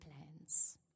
plans